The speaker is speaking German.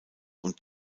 und